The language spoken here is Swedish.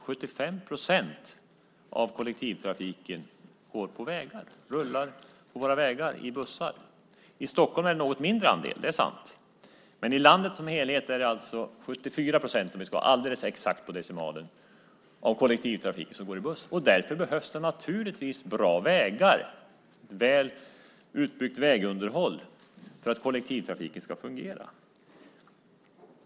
75 procent av kollektivtrafiken rullar på våra vägar i form av bussar. I Stockholm är det en något mindre andel. Det är sant. Men i landet som helhet är det 74 procent, som vi ska vara alldeles exakt på decimalen, av kollektivtrafiken som går i buss. Därför behövs det naturligtvis bra vägar och väl utbyggt vägunderhåll för att kollektivtrafiken ska fungera.